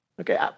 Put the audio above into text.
Okay